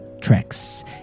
tracks